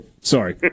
Sorry